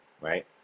right